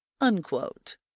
unquote